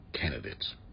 candidates